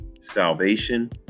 salvation